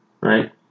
Right